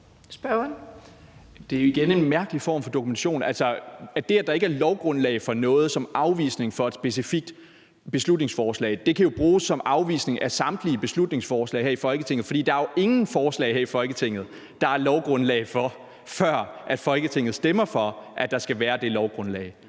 Det er igen en mærkelig form for argumentation. Altså, det, at der ikke er lovgrundlag for noget, som afvisning for et specifikt beslutningsforslag kan jo bruges som afvisning af samtlige beslutningsforslag her i Folketinget. For der er jo ingen forslag her i Folketinget, der er lovgrundlag for, før Folketinget stemmer for, at der skal være det lovgrundlag.